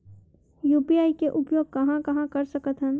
UPI के उपयोग कहां कहा कर सकत हन?